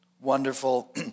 wonderful